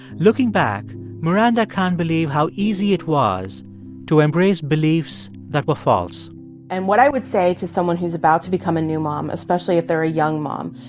looking back maranda can't believe how easy it was to embrace beliefs that were false and what i would say to someone who's about to become a new mom, especially if they're a young mom,